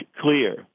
clear